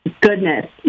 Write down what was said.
goodness